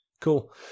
cool